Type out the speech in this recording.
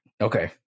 Okay